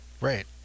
right